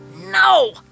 no